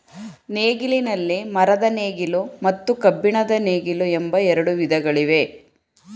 ನೇಗಿಲಿನಲ್ಲಿ ಮರದ ನೇಗಿಲು ಮತ್ತು ಕಬ್ಬಿಣದ ನೇಗಿಲು ಎಂಬ ಎರಡು ವಿಧಗಳಿವೆ